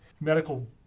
medical